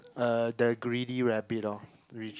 uh the Greedy Rabbit lor